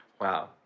Wow